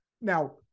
Now